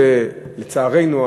לצערנו,